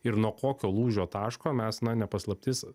ir nuo kokio lūžio taško mes na ne paslaptis